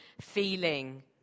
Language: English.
feeling